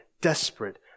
desperate